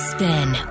Spin